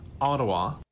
Ottawa